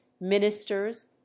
ministers